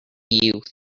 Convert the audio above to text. youth